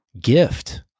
gift